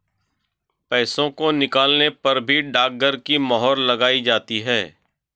पैसों को निकालने पर भी डाकघर की मोहर लगाई जाती है